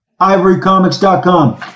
Ivorycomics.com